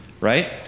Right